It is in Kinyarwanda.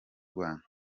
rwanda